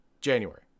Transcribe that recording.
January